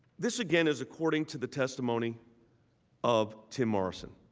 this again is according to the testimony of tim morrison.